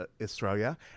Australia